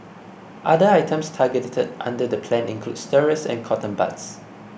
other items targeted under the plan include stirrers and cotton buds